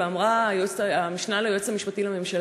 אמרה המשנה ליועץ המשפטי לממשלה,